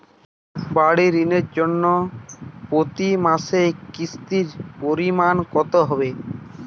বাড়ীর ঋণের জন্য প্রতি মাসের কিস্তির পরিমাণ কত হবে?